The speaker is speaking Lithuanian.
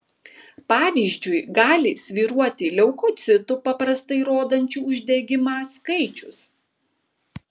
pavyzdžiui gali svyruoti leukocitų paprastai rodančių uždegimą skaičius